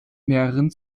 mehreren